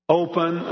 open